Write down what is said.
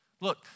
Look